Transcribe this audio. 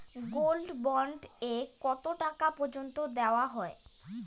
Gold bond এ কতো টাকা পর্যন্ত দেওয়া হয়?